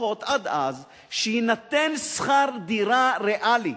לפחות שעד אז יינתן שכר דירה ריאלי,